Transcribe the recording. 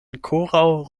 ankoraŭ